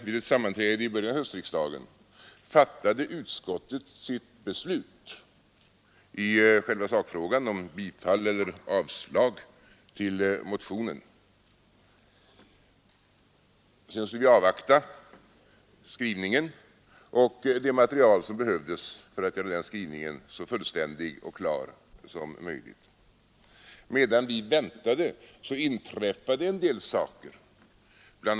Vid ett sammanträde i början av höstriksdagen fattade utskottet sitt beslut i själva sakfrågan om att tillstyrka eller avstyrka motionen. Sedan skulle vi avvakta skrivningen och det material som behövdes för att göra den så fullständig och klar som möjligt. Medan vi väntade inträffade en del saker. Bl.